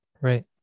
right